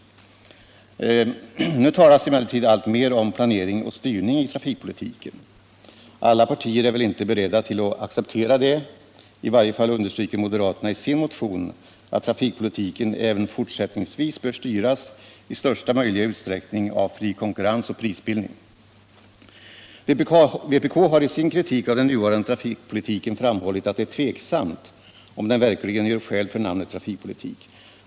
Nu talas emellertid alltmer om planering och styrning i trafikpolitiken. Alla partier är väl inte beredda att acceptera det; i varje fall understryker moderaterna i sin motion att trafikpolitiken även fortsättningsvis i största möjliga utsträckning bör styras av fri konkurrens och prisbildning. Vpk har i sin kritik av den nuvarande trafikpolitiken framhållit att det är tveksamt om den verkligen gör skäl för sitt namn.